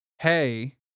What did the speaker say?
hey